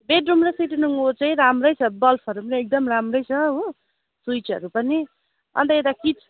bed room र sitting रुमको चाहिँ राम्रै छ बल्बहरू पनि एकदम राम्रै छ हो स्विचहरू पनि अन्त यता किच